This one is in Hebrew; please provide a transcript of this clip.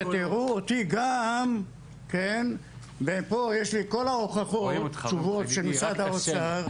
לי כאן את כל התשובות של משרד האוצר,